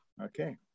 Okay